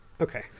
Okay